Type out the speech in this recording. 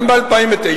גם ב-2009,